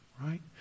right